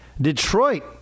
Detroit